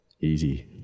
Easy